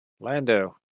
Lando